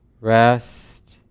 rest